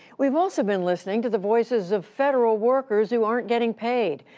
we have also been listening to the voices of federal workers who aren't getting paid.